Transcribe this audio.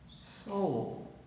soul